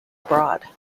abroad